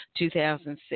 2006